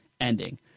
ending